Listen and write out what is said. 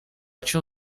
cię